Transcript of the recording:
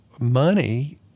money